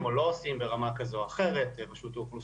חלק מהם כן מוכנים שאנחנו נפנה בשמם.